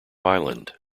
island